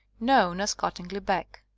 known as cottingley beck,